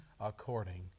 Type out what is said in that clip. according